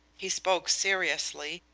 he spoke seriously,